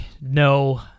No